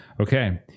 okay